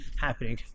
happening